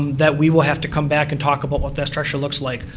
that we will have to come back and talk about what that structure looks like.